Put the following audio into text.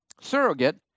surrogate